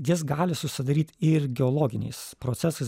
jis gali susidaryt ir geologiniais procesais